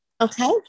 okay